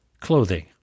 clothing